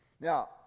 Now